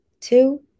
two